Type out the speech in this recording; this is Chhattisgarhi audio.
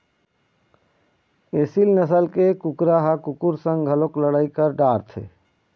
एसील नसल के कुकरा ह कुकुर संग घलोक लड़ई कर डारथे